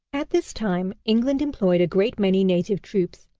at this time england employed a great many native troops.